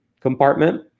compartment